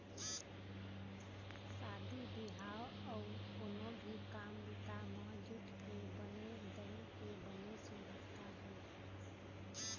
शादी बिहाव अउ कोनो भी काम बूता म जूट के बने दरी के बनेच महत्ता हे